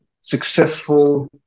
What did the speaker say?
successful